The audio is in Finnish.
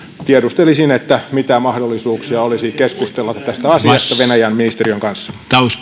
tiedustelisin mitä mahdollisuuksia olisi keskustella tästä asiasta venäjän ministeriön kanssa